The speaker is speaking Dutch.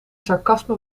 sarcasme